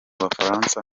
bufaransa